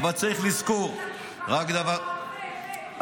אבל צריך לזכור רק דבר --- לא לא,